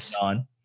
on